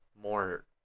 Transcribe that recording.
more